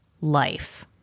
life